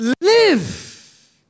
live